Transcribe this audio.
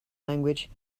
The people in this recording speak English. language